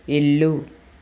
ఇల్లు